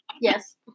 Yes